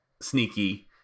sneaky